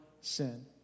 sin